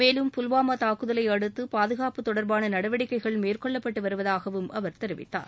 மேலும் புல்வாமா தாக்குதலை அடுத்து பாதுகாப்பு தொடர்பான நடவடிக்கைகள் மேற்கொள்ளப்பட்டு வருவதாகவும் அவர் தெரிவித்தார்